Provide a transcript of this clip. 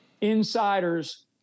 insiders